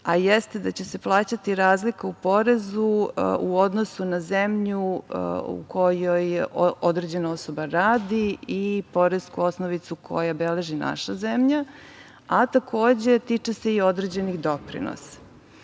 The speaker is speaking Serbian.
a jeste da će se plaćati razlika u porezu u odnosu na zemlju u kojoj određena osoba radi i poresku osnovicu koju beleži naša zemlja, a takođe tiče se i određenih doprinosa. Posebno